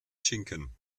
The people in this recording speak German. schinken